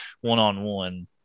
one-on-one